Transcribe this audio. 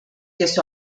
kes